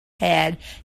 had